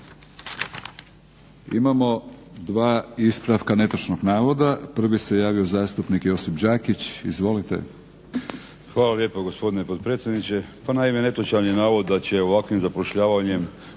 Imamo dva ispravka netočnog navoda, prvi se javio zastupnik Josip Đakić. Izvolite. **Đakić, Josip (HDZ)** Hvala lijepo gospodine potpredsjednice. Pa naime, netočan je navod da će ovakvim zapošljavanjem